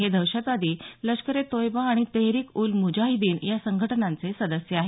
हे दहशतवादी लष्करे तोयबा आणि तेहरिक उल मुजाहिदीन या संघटनांचे सदस्य आहेत